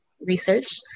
research